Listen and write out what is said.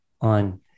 on